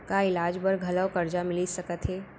का इलाज बर घलव करजा मिलिस सकत हे?